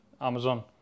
Amazon